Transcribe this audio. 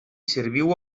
serviu